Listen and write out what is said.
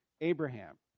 Abraham